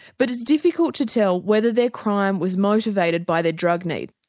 but it's difficult to tell whether their crime was motivated by their drug needs.